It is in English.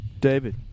David